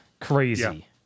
Crazy